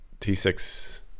t6